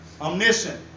Omniscient